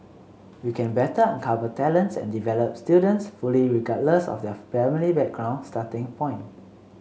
we can better uncover talents and develop students fully regardless of their family background starting point